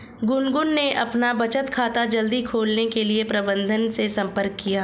गुनगुन ने अपना बचत खाता जल्दी खोलने के लिए प्रबंधक से संपर्क किया